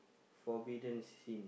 forbidden sin